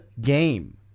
game